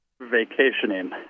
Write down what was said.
Vacationing